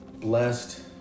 blessed